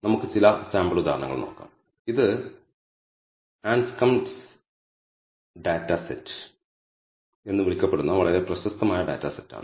നമുക്ക് ചില സാമ്പിൾ ഉദാഹരണങ്ങൾ നോക്കാം ഇത് Anscombe's data set Anscombe's data set എന്ന് വിളിക്കപ്പെടുന്ന വളരെ പ്രശസ്തമായ ഡാറ്റാ സെറ്റാണ്